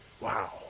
Wow